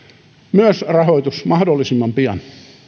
myös saada rahoitus mahdollisimman pian